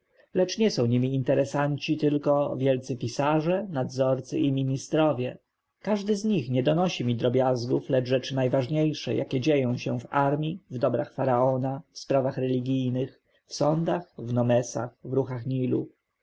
lecz nie są nimi interesanci tylko wielcy pisarze nadzorcy i ministrowie każdy z nich nie donosi mi drobiazgów lecz rzeczy najważniejsze jakie dzieją się w armji w dobrach faraona w sprawach religijnych w sądach w nomesach w ruchach